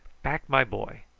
back, my boy!